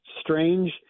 strange